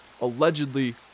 allegedly